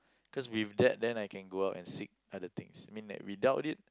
cause with that then I can go out and seek other things I mean without it